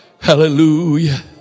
Hallelujah